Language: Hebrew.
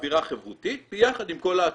אווירה חברותית ביחד עם כל ההטבות.